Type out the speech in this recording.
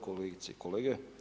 Kolegice i kolege.